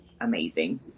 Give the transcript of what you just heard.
amazing